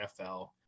nfl